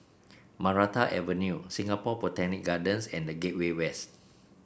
Maranta Avenue Singapore Botanic Gardens and The Gateway West